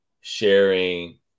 sharing